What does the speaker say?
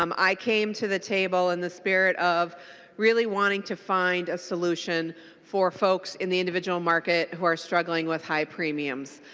um i came to the table in the spirit of really wanting to find a solution for folks in the individual market were struggling with high premiums.